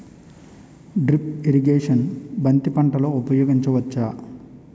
Drip irrigation బంతి పంటలో ఊపయోగించచ్చ?